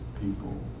people